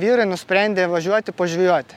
vyrai nusprendė važiuoti pažvejoti